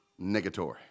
Negatory